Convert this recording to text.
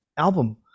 album